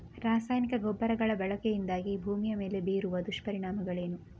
ರಾಸಾಯನಿಕ ಗೊಬ್ಬರಗಳ ಬಳಕೆಯಿಂದಾಗಿ ಭೂಮಿಯ ಮೇಲೆ ಬೀರುವ ದುಷ್ಪರಿಣಾಮಗಳೇನು?